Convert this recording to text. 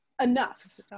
enough